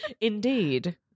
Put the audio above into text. Indeed